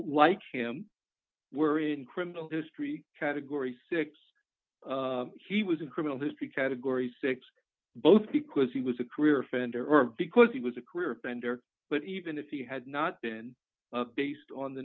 like him were in criminal history category six he was in criminal history category six both because he was a career offender or because he was a career offender but even if he had not been based on the